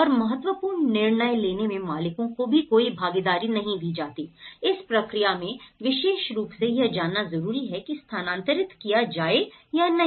और महत्वपूर्ण निर्णय लेने में मालिकों को भी कोई भागीदारी नहीं दी जाती इस प्रक्रिया में विशेष रूप से यह जानना जरूरी है कि स्थानांतरित किया जाए या नहीं